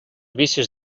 vicis